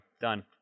Done